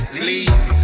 please